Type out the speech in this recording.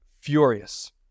furious